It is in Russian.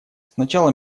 сначала